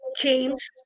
James